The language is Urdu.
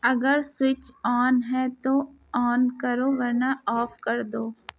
اگر سوئچ آن ہے تو آن کرو ورنہ آف کر دو